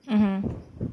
mmhmm